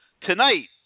Tonight